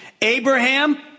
Abraham